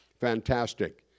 fantastic